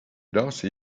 darcy